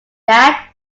that